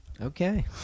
okay